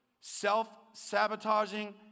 self-sabotaging